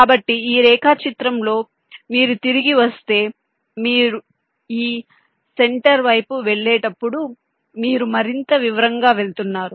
కాబట్టి ఈ రేఖాచిత్రంలో మీరు తిరిగి వస్తే మీరు ఈ సెంటర్ వైపు వెళ్ళేటప్పుడు మీరు మరింత వివరంగా వెళ్తున్నారు